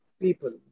people